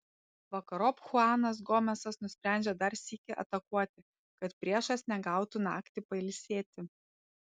vakarop chuanas gomesas nusprendžia dar sykį atakuoti kad priešas negautų naktį pailsėti